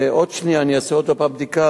עוד שנייה, אני אעשה עוד הפעם בדיקה,